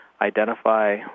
identify